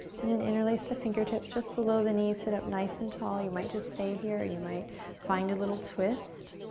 and then interlace the fingertips just below the knee. sit up nice and tall. you might just stay here or you might find a little twist